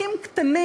פכים קטנים?